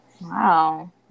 Wow